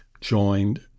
joined